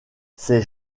ces